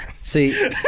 See